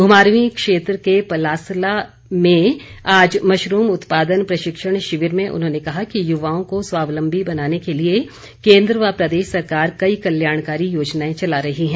घुमारवीं क्षेत्र के पलासला में आज मशरूम उत्पादन प्रशिक्षण शिविर में उन्होंने कहा कि युवाओं को स्वावलम्बी बनाने के लिए केन्द्र व प्रदेश सरकार कई कल्याणकारी योजनाएं चला रही है